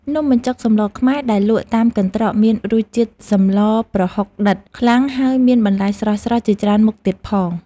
នំបញ្ចុកសម្លខ្មែរដែលលក់តាមកន្ត្រកមានរសជាតិសម្លប្រហុកដិតខ្លាំងហើយមានបន្លែស្រស់ៗជាច្រើនមុខទៀតផង។